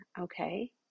okay